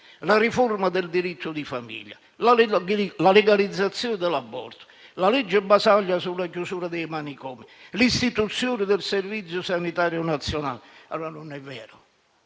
la riforma del diritto di famiglia, la legalizzazione dell'aborto, la legge Basaglia sulla chiusura dei manicomi, l'istituzione del Servizio sanitario nazionale. Dunque, non è vero